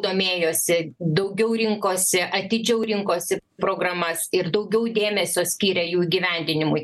domėjosi daugiau rinkosi atidžiau rinkosi programas ir daugiau dėmesio skyrė jų įgyvendinimui